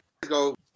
go